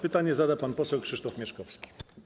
Pytanie zada pan poseł Krzysztof Mieszkowski.